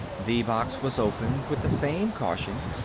the box was opened with the same caution,